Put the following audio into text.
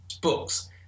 books